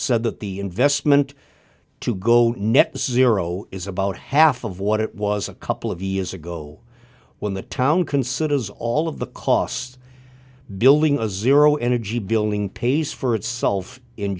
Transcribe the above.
said that the investment to go net zero is about half of what it was a couple of years ago when the town considers all of the costs building a zero energy building pays for itself in